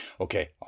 Okay